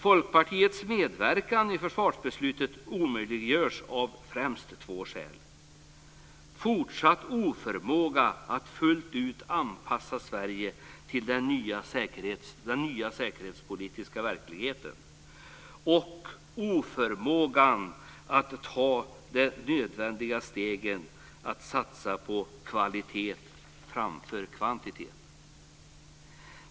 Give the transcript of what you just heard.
Folkpartiets medverkan i försvarsbeslutet omöjliggörs av främst två skäl: den fortsatta oförmågan att fullt ut anpassa Sverige till den nya säkerhetspolitiska verkligheten och oförmågan att ta de nödvändiga stegen för att satsa på kvalitet framför kvantitet.